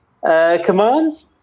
commands